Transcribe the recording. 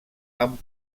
amb